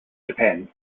japan